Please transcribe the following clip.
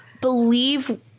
believe